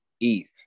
ETH